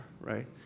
right